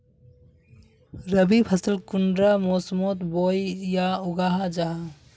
रवि फसल कुंडा मोसमोत बोई या उगाहा जाहा?